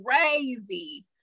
crazy